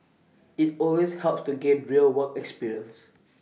IT always helps to gain real work experience